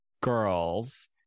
girls